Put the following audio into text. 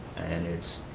and it's